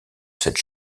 cette